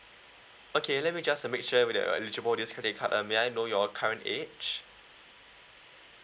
okay let me just make sure you are eligible this credit card uh may I know your current age